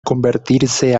convertirse